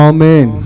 Amen